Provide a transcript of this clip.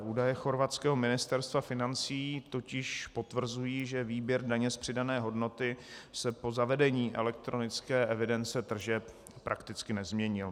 Údaje chorvatského Ministerstva financí totiž potvrzují, že výběr daně z přidané hodnoty se po zavedení elektronické evidence tržeb prakticky nezměnil.